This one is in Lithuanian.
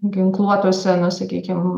ginkluotose nu sakykim